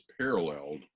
paralleled